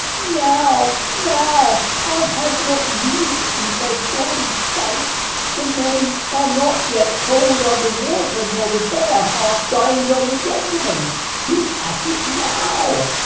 now, now i have not winked since i saw these sights the men are not yet cold under water, nor the bear half dined on the gentleman he's at it now.